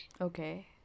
Okay